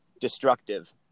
destructive